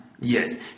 Yes